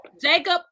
Jacob